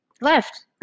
left